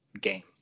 game